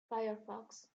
firefox